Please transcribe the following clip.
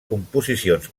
composicions